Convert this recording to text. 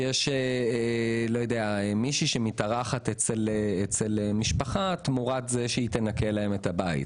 יש מישהי שמתארחת אצל משפחה תמורת זה שהיא תנקה להם את הבית.